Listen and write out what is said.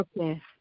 Okay